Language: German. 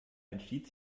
entschied